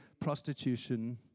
prostitution